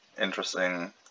interesting